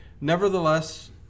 nevertheless